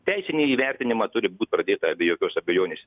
teisinį įvertinimą turi būt pradėta be jokios abejonės